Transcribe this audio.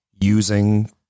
using